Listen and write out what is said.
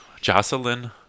Jocelyn